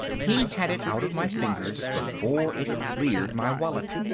he had it out of my fingers before it cleared my wallet.